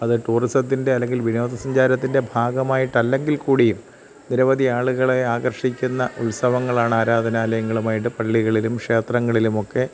അത് ടൂറിസത്തിൻ്റെ അല്ലെങ്കിൽ വിനോദസഞ്ചാരത്തിൻ്റെ ഭാഗമായിട്ടല്ലെങ്കിൽക്കൂടിയും നിരവധി ആളുകളെ ആകർഷിക്കുന്ന ഉത്സവങ്ങളാണ് ആരാധനാലയങ്ങളുമായിട്ട് പള്ളികളിലും ക്ഷേത്രങ്ങളിലും ഒക്കെ